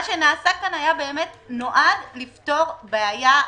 מה שנעשה כאן נועד לפתור בעיה נקודתית.